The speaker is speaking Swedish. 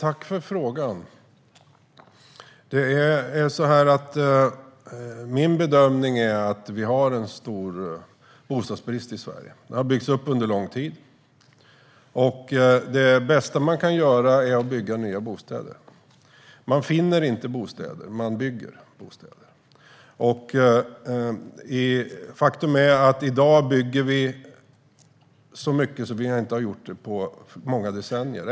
Herr talman! Tack för frågan! Min bedömning är att vi har en stor bostadsbrist i Sverige - den har byggts upp under lång tid - och att det bästa man kan göra är att bygga nya bostäder. Man finner inte bostäder; man bygger bostäder. Faktum är att i dag bygger vi som vi inte har byggt på många decennier.